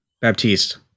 Baptiste